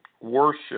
worship